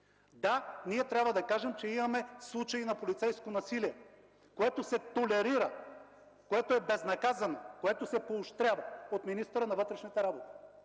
Да, ние трябва да кажем, че имаме случаи на полицейско насилие, което се толерира, което е безнаказано, което се поощрява от министъра на вътрешните работи.